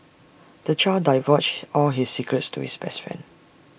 the child divulged all his secrets to his best friend